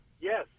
Yes